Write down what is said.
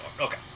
Okay